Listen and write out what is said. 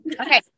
Okay